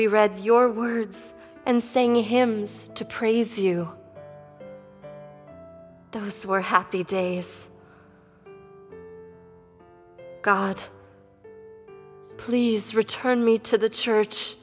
we read your words and saying him to praise you those were happy days god please return me to the church